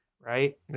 right